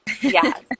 Yes